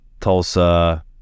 Tulsa